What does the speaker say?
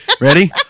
Ready